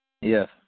Yes